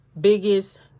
biggest